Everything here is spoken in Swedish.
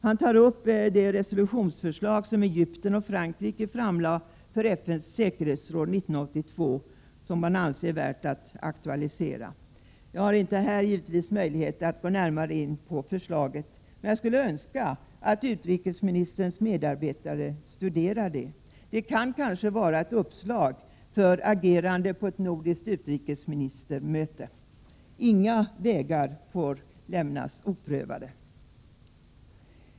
Han tar upp det resolutionsförslag som Egypten och Frankrike framlade för FN:s säkerhetsråd 1982 som värt att aktualisera. Jag har givetvis inte här möjlighet att gå närmare in på förslaget, men jag skulle önska att utrikesministerns medarbetare studerade det. Det kan kanske vara ett uppslag för agerande på ett nordiskt utrikesministermöte. Inga vägar får lämnas oprövade.